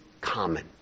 common